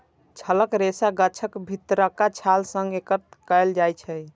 छालक रेशा गाछक भीतरका छाल सं एकत्र कैल जाइ छै